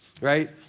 right